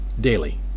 daily